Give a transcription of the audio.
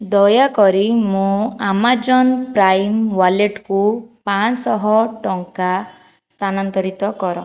ଦୟାକରି ମୋ Amazon Prime ୱାଲେଟ୍କୁ ପାଞ୍ଚଶହ ଟଙ୍କା ସ୍ଥାନାନ୍ତରିତ କର